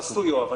הם עשו, יואב.